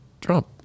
Trump